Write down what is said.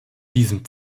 diesem